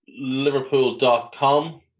Liverpool.com